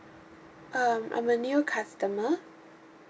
um I'm a new customer